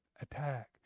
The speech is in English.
attack